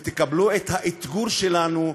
ותקבלו את האתגור שלנו,